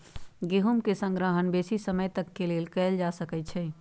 गेहूम के संग्रहण बेशी समय तक के लेल कएल जा सकै छइ